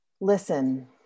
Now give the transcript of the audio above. Listen